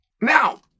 Now